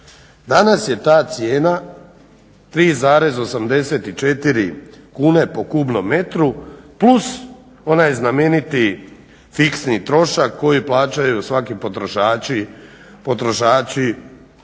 Danas je ta cijena 3,84 kune po kubnom metru, plus onaj znameniti fiksni trošak koji plaćaju svaki potrošači